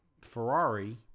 Ferrari